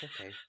okay